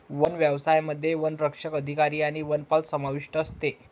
one व्यवसायामध्ये वनसंरक्षक अधिकारी आणि वनपाल समाविष्ट असतो